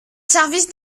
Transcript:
service